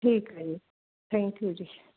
ਠੀਕ ਐ ਜੀ ਥੈਂਕਿਊ ਜੀ